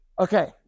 okay